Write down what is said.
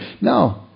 No